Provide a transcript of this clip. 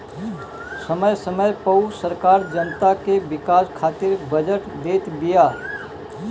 समय समय पअ सरकार जनता के विकास खातिर बजट देत बिया